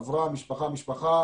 עברה משפחה משפחה,